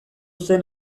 zen